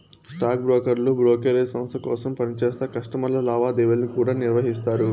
stock బ్రోకర్లు brokerage సంస్త కోసరం పనిచేస్తా కస్టమర్ల లావాదేవీలను కూడా నిర్వహిస్తారు